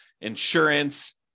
insurance